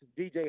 DJ